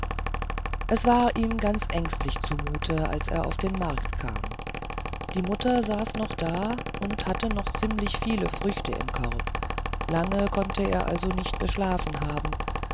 es war ihm ganz ängstlich zumut als er auf den markt kam die mutter saß noch da und hatte noch ziemlich viele früchte im korb lange konnte er also nicht geschlafen haben